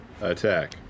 Attack